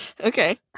Okay